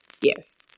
Yes